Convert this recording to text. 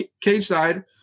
cage-side